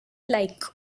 like